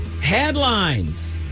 headlines